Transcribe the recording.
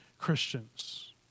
Christians